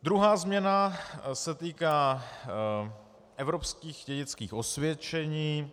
Druhá změna se týká evropských dědických osvědčení.